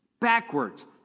backwards